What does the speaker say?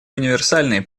универсальной